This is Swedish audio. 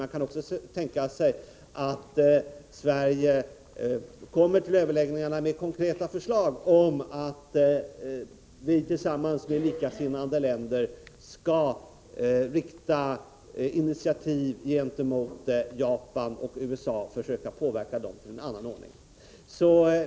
Man kan också tänka sig att vi kommer till överläggningarna med konkreta förslag om att Sverige tillsammans med likasinnade länder skall rikta initiativ gentemot Japan och USA och försöka påverka dem till en annan ordning.